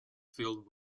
filled